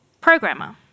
programmer